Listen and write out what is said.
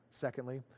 Secondly